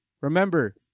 Remember